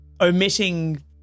omitting